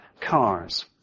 cars